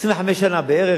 לפני 25 שנה בערך,